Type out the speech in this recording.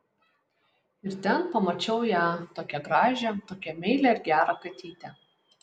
ir ten pamačiau ją tokią gražią tokią meilią ir gerą katytę